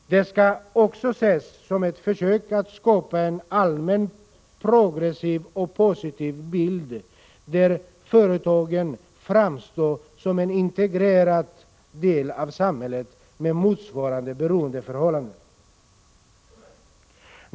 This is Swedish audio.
Det skall också ses som ett försök att skapa en allmänt progressiv och positiv bild, där företagen framstår som en integrerad del av samhället med motsvarande beroendeförhållanden.